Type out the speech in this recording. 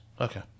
Okay